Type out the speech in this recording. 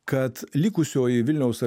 kad likusioji vilniaus